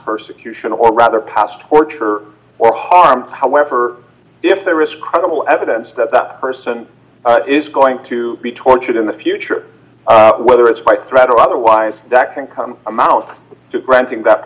persecution or rather past or tour or harm however if there is credible evidence that that person is going to be tortured in the future whether it's quite threat or otherwise that can come a mouth to granting that